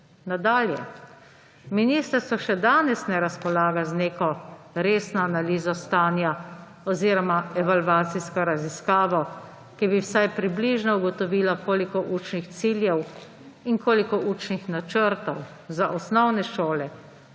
Nadalje. Ministrstvo še danes ne razpolaga z neko resno analizo stanja oziroma evalvacijsko raziskavo, ki bi vsaj približno ugotovila, koliko učnih ciljev in koliko učnih načrtov za osnovne šole,